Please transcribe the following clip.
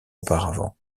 auparavant